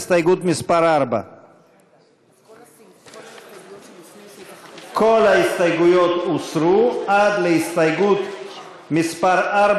הסתייגות מס' 4. כל ההסתייגויות הוסרו עד להסתייגות מס' 4,